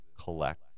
collect